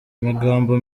amagambo